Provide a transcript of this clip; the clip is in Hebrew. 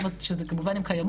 זאת אומרת שכמובן הן קימות,